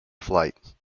flight